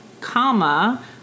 Comma